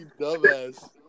dumbass